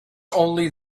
only